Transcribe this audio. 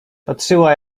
patrzyła